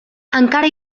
encara